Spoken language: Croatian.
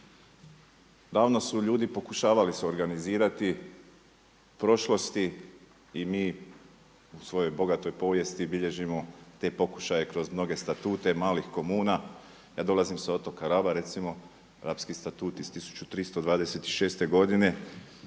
Davno su ljudi pokušavali se organizirati u prošlosti i mi u svojoj bogatoj povijesti bilježimo te pokušaje kroz mnoge statute malih komuna. Ja dolazim sa otoka Raba recimo. Rapski statut iz 1326 godine